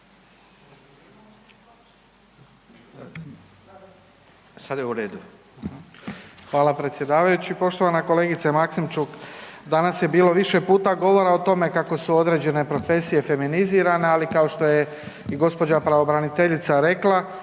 Hvala predsjedavajući. Poštovana kolegice Maksimčuk. Danas je bilo više puta govora o tome kako su određene profesije feminizirane, ali kao što je i gospođa pravobraniteljica rekla